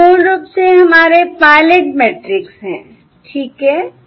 तो यह मूल रूप से हमारे पायलट मैट्रिक्स है ठीक है